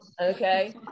Okay